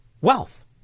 wealth